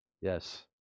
Yes